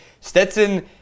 Stetson